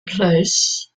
place